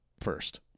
first